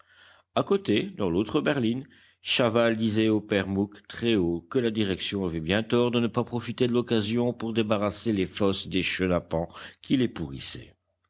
a côté dans l'autre berline chaval disait au père mouque très haut que la direction avait bien tort de ne pas profiter de l'occasion pour débarrasser les fosses des chenapans qui les pourrissaient